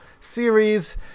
series